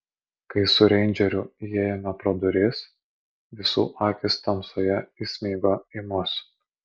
kai su reindžeriu įėjome pro duris visų akys tamsoje įsmigo į mus